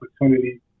opportunity